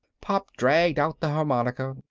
pop dragged out the harmonica,